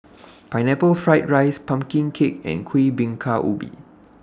Pineapple Fried Rice Pumpkin Cake and Kuih Bingka Ubi